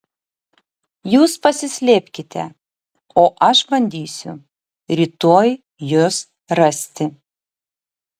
jūs pasislėpkite o aš bandysiu rytoj jus rasti